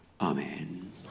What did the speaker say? Amen